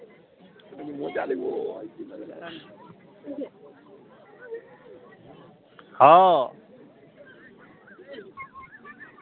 hello